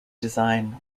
design